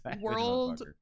World